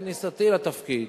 בכניסתי לתפקיד